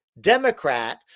Democrat